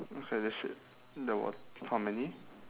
okay that's it that was how many